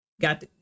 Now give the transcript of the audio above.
got